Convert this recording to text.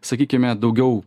sakykime daugiau